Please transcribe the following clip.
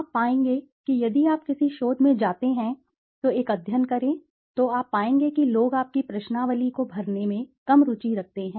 आप पाएंगे कि यदि आप किसी शोध में जाते हैं तो एक अध्ययन करें तो आप पाएंगे कि लोग आपकी प्रश्नावली को भरने में कम रुचि रखते हैं